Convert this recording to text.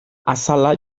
azala